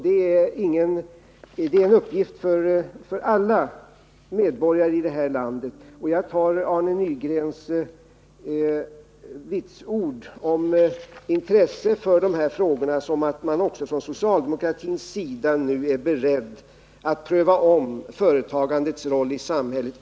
Det är en uppgift för alla medborgare i det här landet. Jag tar i det sammanhanget fasta på Arne Nygrens vitsord i fråga om det intresse som finns för dessa frågor och tolkar det som att man också från socialdemokratins sida nu är beredd att ompröva företagandets roll i samhället.